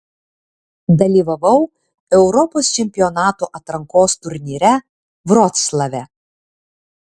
dalyvavau europos čempionato atrankos turnyre vroclave